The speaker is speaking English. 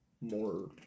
more